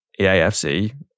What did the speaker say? EAFC